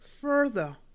further